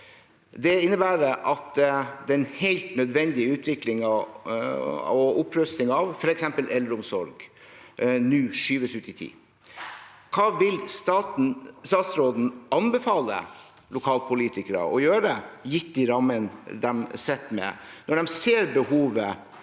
Det innebærer at den helt nødvendige utviklingen og opprustningen av f.eks. eldreomsorg nå skyves ut i tid. Hva vil statsråden anbefale lokalpolitikere å gjøre, gitt de rammene de sitter med, når de ser behovet